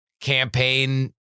campaign